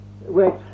Wait